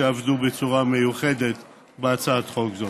שעבדו בצורה מיוחדת בהצעת חוק זו.